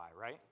right